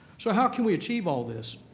so how can we achieve all this?